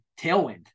tailwind